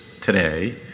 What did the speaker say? today